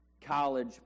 college